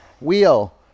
wheel